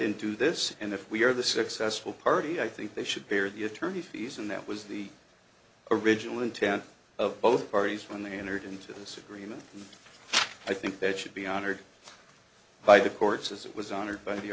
into this and if we are the successful party i think they should bear the attorney fees and that was the original intent of both parties when they entered into the supreme and i think that should be honored by the courts as it was honored by the